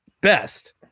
best